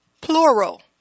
plural